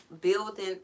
building